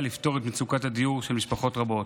לפתור את מצוקת הדיור של משפחות רבות.